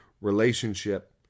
relationship